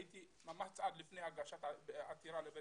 הייתי ממש צעד לפני הגשת עתירה לבית